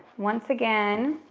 once again,